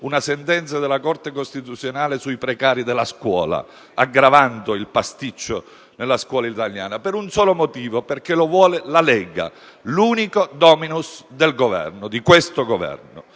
una sentenza della Corte costituzionale sui precari della scuola, aggravando il pasticcio nella scuola italiana? Per un solo motivo: perché lo vuole la Lega, l'unico *dominus* del Governo. Nella giornata